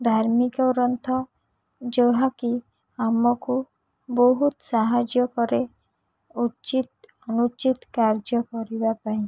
ଧାର୍ମିକ ଗ୍ରନ୍ଥ ଯାହାକି ଆମକୁ ବହୁତ ସାହାଯ୍ୟ କରେ ଉଚିତ ଅନୁଚିତ କାର୍ଯ୍ୟ କରିବା ପାଇଁ